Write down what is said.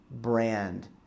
brand